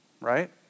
right